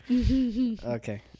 Okay